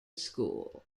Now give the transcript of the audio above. school